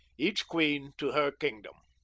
each queen to her kingdom.